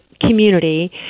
community